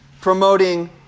promoting